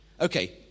Okay